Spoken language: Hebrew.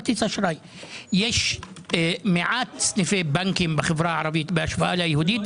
יש מעט סניפי בנקים בחברה הערבית בהשוואה ליהודית,